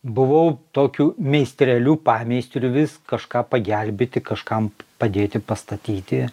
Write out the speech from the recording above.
buvau tokiu meistreliu pameistriu vis kažką pagelbėti kažkam padėti pastatyti